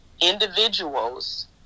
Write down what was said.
individuals